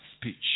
speech